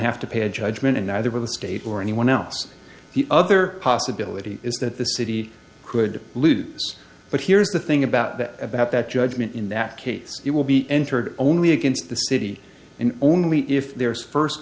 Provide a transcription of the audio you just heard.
have to pay a judgment and neither were the state or anyone else the other possibility is that the city could lose but here's the thing about that about that judgment in that case it will be entered only against the city and only if there is first